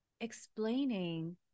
explaining